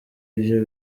ivyo